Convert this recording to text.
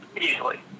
Easily